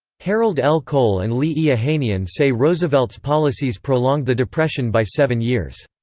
harold l. cole and lee e. ohanian say roosevelt's policies prolonged the depression by seven years.